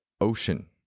ocean